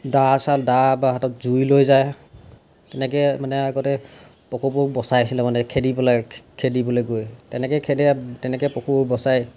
দা বা হাতত জুই লৈ যায় তেনেকৈ মানে আগতে পশুবোৰক বচাইছিলে মানে খেদি পেলাই খেদিবলৈ গৈ তেনেকেই খেদে তেনেকৈ পশু বচায়